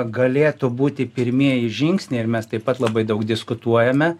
galėtų būti pirmieji žingsniai ir mes taip pat labai daug diskutuojame